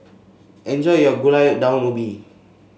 enjoy your Gulai Daun Ubi